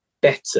better